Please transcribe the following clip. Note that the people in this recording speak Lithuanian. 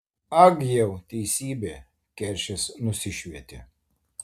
ag jau teisybė keršis nusišvietė